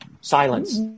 Silence